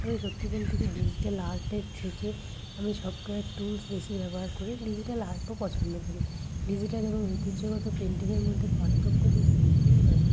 আমি সত্যি বলতে কি ডিজিটাল আর্টের থেকে আমি সফটওয়্যার টুলস বেশি ব্যবহার করি ডিজিটাল আর্টও পছন্দ করি ডিজিটাল এবং ঐতিহ্যগত পেন্টিংয়ের মধ্যে পার্থক্য যদি বলতেই হয়